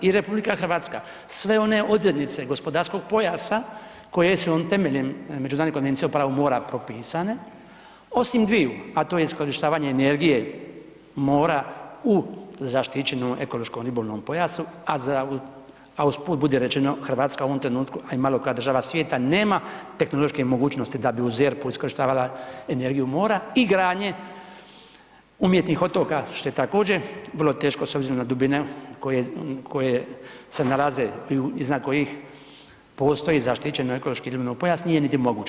I RH sve one odrednice gospodarskog pojasa koje su joj temeljem Međunarodne konvencije o pravu mora propisane, osim dviju, a to je iskorištavanje energije mora u zaštićenom ekološko-ribolovnom pojasu a usput budi rečeno Hrvatska u ovom trenutku, a i malo koja država svijeta, nema tehnološke mogućnosti da bi u ZERP-u iskorištavala energiju mora i gradnje umjetnih otoka što je također vrlo teško s obzirom na dubine koje se nalaze, iznad kojih postoji zaštićeni ekološko-ribolovni pojas nije niti moguće.